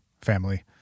family